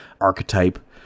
archetype